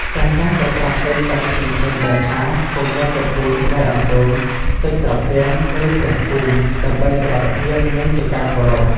ចាស់ៗក៏ប្រាប់ទៅកាន់ក្មេងៗដែរថា កុំទៅរត់ពួនក្បែរអណ្តូង ទឹកត្រពាំង ឬ ព្រះភូមិ ដើម្បីសុវត្ថិភាព និងជាការគោរព។